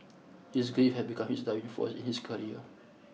his grief had become his driving force in his career